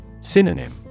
Synonym